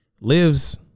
Lives